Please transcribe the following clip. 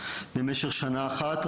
במשך שנה אחת,